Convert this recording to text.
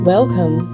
Welcome